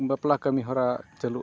ᱵᱟᱯᱞᱟ ᱠᱟᱹᱢᱤᱦᱚᱨᱟ ᱪᱟᱹᱞᱩᱜᱼᱟ